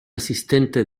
asistente